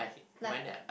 like